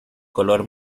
color